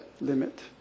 limit